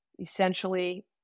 essentially